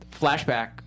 Flashback